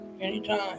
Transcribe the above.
Anytime